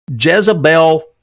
Jezebel